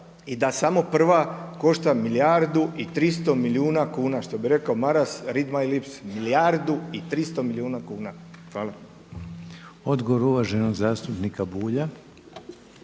i da samo prva košta milijardu i 300 milijuna kuna, što bi rekao Maras read my lips, milijardu i 300 milijuna kuna. Hvala. **Reiner, Željko (HDZ)** Odgovor uvaženog zastupnika Bulja.